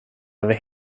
över